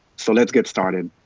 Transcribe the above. so let's get started.